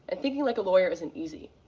and thinking like a lawyer isn't easy.